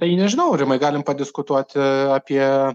tai nežinau aurimai galim padiskutuoti apie